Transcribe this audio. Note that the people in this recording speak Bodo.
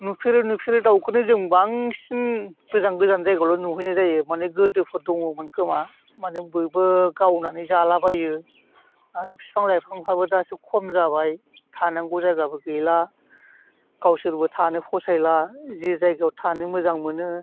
नुफेरै नुफेरै दाउखौनो जों बांसिन गोजान गोजान जायगायावल' नुहैनाय जायो माने गोदोफोर दङमोनखोमा माने बयबो गावनानै जालाबायो आरो बिफां लाइफांफ्राबो दासो खम जाबाय थानांगौ जायगाबो गैला गावसोरबो थानो फसायला जे जायगायाव थानो मोजां मोनो